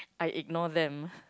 I ignore them